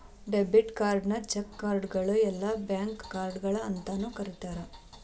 debit ಕಾರ್ಡ್ನ cheque ಕಾರ್ಡ್ಗಳು ಇಲ್ಲಾ ಬ್ಯಾಂಕ್ ಕಾರ್ಡ್ಗಳ ಅಂತಾನೂ ಕರಿತಾರ